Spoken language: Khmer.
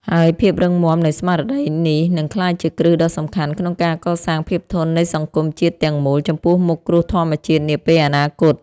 ហើយភាពរឹងមាំនៃស្មារតីនេះនឹងក្លាយជាគ្រឹះដ៏សំខាន់ក្នុងការកសាងភាពធន់នៃសង្គមជាតិទាំងមូលចំពោះមុខគ្រោះធម្មជាតិនាពេលអនាគត។